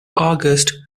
august